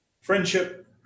Friendship